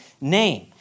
name